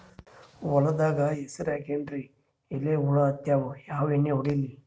ಹೊಲದಾಗ ಹೆಸರ ಹಾಕಿನ್ರಿ, ಎಲಿ ಹುಳ ಹತ್ಯಾವ, ಯಾ ಎಣ್ಣೀ ಹೊಡಿಲಿ?